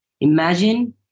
Imagine